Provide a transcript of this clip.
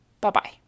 Bye-bye